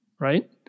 right